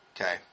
Okay